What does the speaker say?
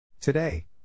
Today